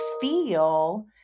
feel